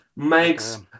Makes